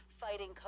fighting